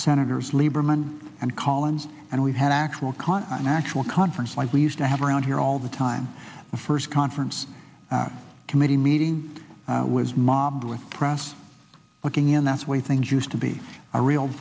senators lieberman and collins and we've had actual can an actual conference like we used to have around here all the time the first conference committee meeting was mobbed with press working in that way things used to be a real